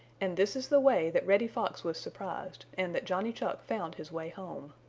and this is the way that reddy fox was surprised and that johnny chuck found his way home.